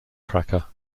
cracker